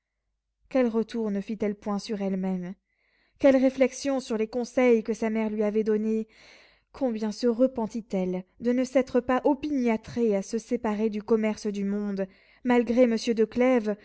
quels retours ne fit-elle point sur elle-même quelles réflexions sur les conseils que sa mère lui avait donnés combien se repentit elle de ne s'être pas opiniâtrée à se séparer du commerce du monde malgré monsieur